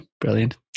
brilliant